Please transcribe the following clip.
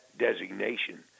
designation